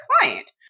client